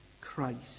Christ